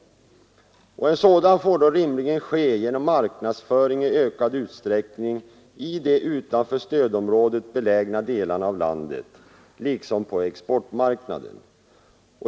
En sådan får rimligen ske genom marknadsföring i ökad utsträckning i de utanför stödområdet belägna delarna av landet liksom på exportmarknaden.